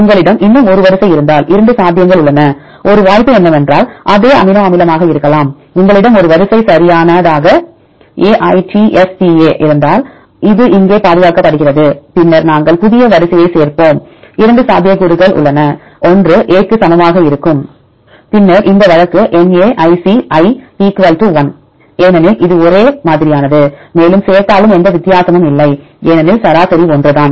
உங்களிடம் இன்னும் ஒரு வரிசை இருந்தால் இரண்டு சாத்தியங்கள் உள்ளன ஒரு வாய்ப்பு என்னவென்றால் அதே அமினோ அமிலமாக இருக்கலாம் உங்களிடம் ஒரு வரிசை சரியான AITSTA இருந்தால் இது இங்கே பாதுகாக்கப்படுகிறது பின்னர் நாங்கள் புதிய வரிசையைச் சேர்ப்போம் இரண்டு சாத்தியக்கூறுகள் உள்ளன ஒன்று A க்கு சமமாக இருக்கும் பின்னர் இந்த வழக்கு Na ic 1 ஏனெனில் இது ஒரே மாதிரியானது மேலும் சேர்த்தாலும் எந்த வித்தியாசமும் இல்லை ஏனெனில் சராசரி ஒன்றுதான்